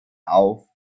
auf